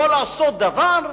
לא לעשות דבר.